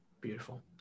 Beautiful